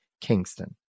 Kingston